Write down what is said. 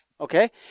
okay